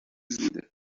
زوده